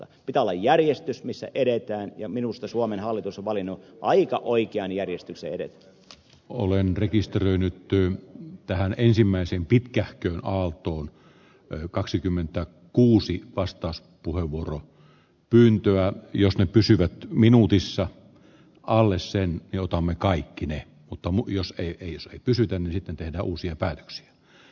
pitää olla järjestys missä edetään ja minusta suomen hallitus on valinnut vaikka oikeaan järjestykseen nyt olen rekisteröinyt tyydy tähän ensimmäiseen pitkähkön haltuun jo kaksikymmentä kuusi pas taas puheenvuoron pyyntöä jos ne pysyvät minuutissa olleeseen jota me kaikki ne mutta muu jos ei jos kysytään miten tehdä uusia päätöksiä